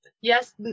Yes